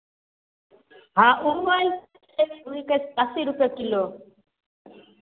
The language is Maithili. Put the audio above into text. हँ ओ अस्सी रुपैए किलो